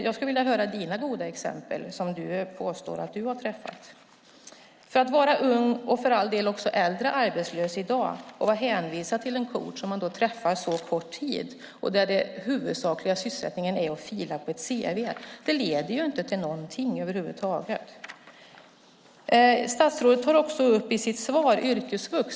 Jag skulle vilja höra om de goda exempel som Tomas Tobé påstår att han har träffat, för att vara ung, och för all del också äldre, arbetslös i dag och vara hänvisad till en coach som man träffar så kort tid och där den huvudsakliga sysselsättningen är att fila på ett cv leder inte till någonting över huvud taget. Statsrådet tar också upp yrkesvux i sitt svar.